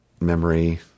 memory